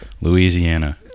Louisiana